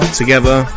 together